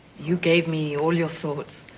you gave me all your thoughts,